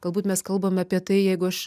galbūt mes kalbam apie tai jeigu aš